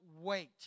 wait